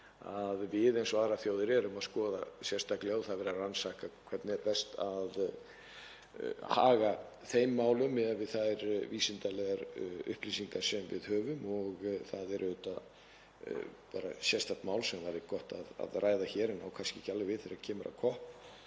að við eins og aðrar þjóðir erum að skoða það sérstaklega og það er verið að rannsaka hvernig er best að haga þeim málum miðað við þær vísindalegu upplýsingar sem við höfum og það er sérstakt mál sem væri gott að ræða hér en á kannski ekki alveg við þegar kemur að COP.